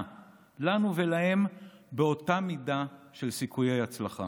לנו ולהם באותה מידה של סיכויי הצלחה.